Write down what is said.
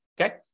okay